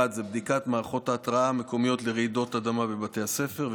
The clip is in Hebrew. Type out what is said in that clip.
1. בדיקות מערכות ההתרעה המקומיות לרעידות אדמה בבתי הספר,